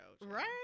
Right